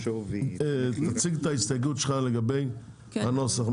תציג את ההסתייגות שלך לגבי הנוסח.